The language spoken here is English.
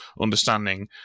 understanding